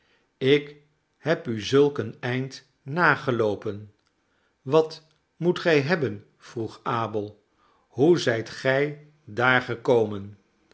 ik heb u zulk een eind nageloopen wat moet gij hebben vroeg abel hoe zijt gij daar gekomen